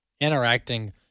interacting